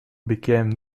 became